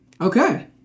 Okay